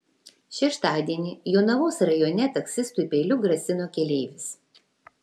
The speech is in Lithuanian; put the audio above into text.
šeštadienį jonavos rajone taksistui peiliu grasino keleivis